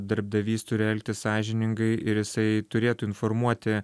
darbdavys turi elgtis sąžiningai ir jisai turėtų informuoti